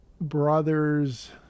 brother's